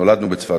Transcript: נולדנו בצפת,